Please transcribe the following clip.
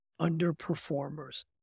underperformers